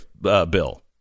bill